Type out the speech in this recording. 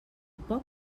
poc